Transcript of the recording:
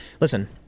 Listen